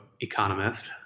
economist